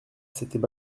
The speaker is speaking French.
c’était